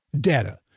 data